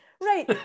right